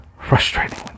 Frustrating